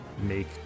make